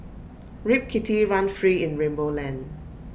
Rip Kitty run free in rainbow land